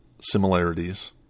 similarities